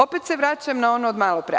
Opet se vraćam na ono od malopre.